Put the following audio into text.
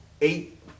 eight